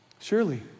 Surely